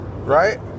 right